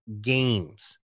games